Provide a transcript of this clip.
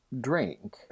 drink